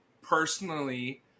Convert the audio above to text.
personally